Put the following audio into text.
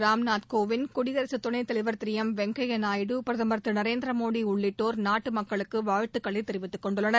ராம்நாத் கோவிந்த் குடியரசு துணைத்தலைவர் திருவெங்கையா நாயுடு பிரதமர் திரு நரேந்திர மோடி உள்ளிட்டோர் நாட்டு மக்களுக்கு வாழ்த்துக்களை தெரிவித்துக் கொண்டுள்ளனர்